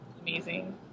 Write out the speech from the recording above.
amazing